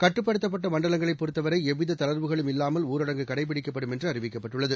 கட்டுப்படுத்தப்பட்ட மண்டலங்களைப் பொறுத்தவரை எவ்வித தளா்வுகளும் இல்லாமல் ஊரடங்கு கடைபிடிக்கப்படும் என்று அறிவிக்கப்பட்டுள்ளது